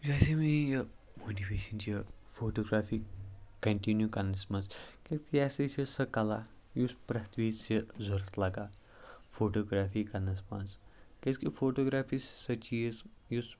یُس ہاسے مےٚ یہِ ماٹِویشَن چھِ فوٹوگرٛیفی کَنٹِنیوٗ کَرنَس منٛز کیٛازکہِ یہِ ہَسا چھِ سۄ کَلا یُس پرٛٮ۪تھ وِزِ چھِ ضوٚرَتھ لَگان فوٹوگرٛیفی کَرنَس منٛز کیٛازکہِ فوٹوگرٛیفی چھِ سۄ چیٖز یُس